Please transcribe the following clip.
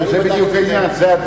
זה בדיוק העניין.